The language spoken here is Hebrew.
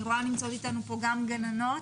אני רואה שנמצאות אתנו כאן גם גננות.